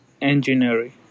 engineering